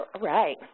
Right